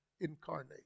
incarnate